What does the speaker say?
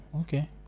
okay